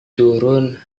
turun